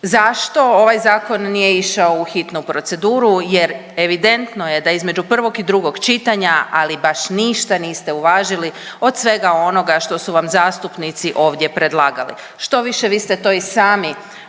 Zašto ovaj zakon nije išao u hitnu proceduru jer evidentno je da između prvog i drugog čitanja, ali baš ništa niste uvažili od svega onoga što su vam zastupnici ovdje predlagali? Štoviše, vi ste to i sami